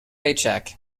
paycheck